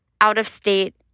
out-of-state